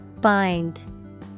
Bind